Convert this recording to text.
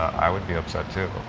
i would be upset too.